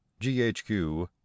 GHQ